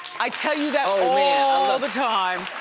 i tell you that all ah the time.